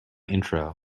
intro